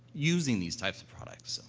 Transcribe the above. using these types of products.